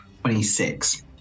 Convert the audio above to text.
twenty-six